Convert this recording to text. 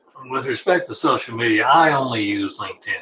with respect to social media, i only use like